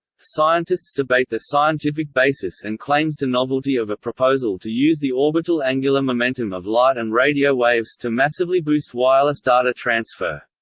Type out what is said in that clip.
scientists debate the scientific basis and claims to novelty of a proposal to use the orbital angular momentum of light and radio waves to massively boost wireless data transfer.